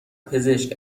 پزشک